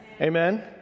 Amen